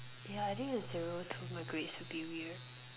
yeah adding a zero to my grades would be weird